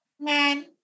man